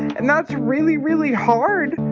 and that's really, really hard